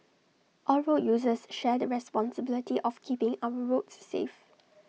all road users share the responsibility of keeping our roads safe